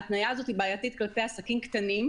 ההתניה הזאת בעייתית כלפי עסקים קטנים,